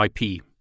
IP